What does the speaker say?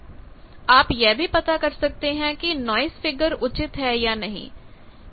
आप यह भी पता कर सकते हैं की नाइस फिगर उचित है या नहीं